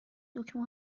دکمه